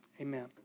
Amen